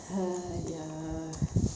!haiya!